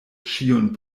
ĉiun